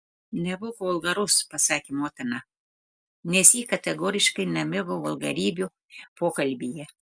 nebūk vulgarus pasakė motina nes ji kategoriškai nemėgo vulgarybių pokalbyje